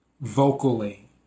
vocally